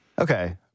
Okay